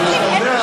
אבל אתה יודע,